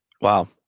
wow